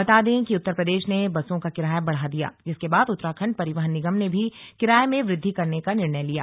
बता दें कि उत्तर प्रदेश ने बसों का किराया बढ़ा दिया जिसके बाद उत्तराखंड परिवहन निगम ने भी किराये में वृद्धि करने का निर्णय लिया